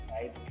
right